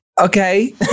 Okay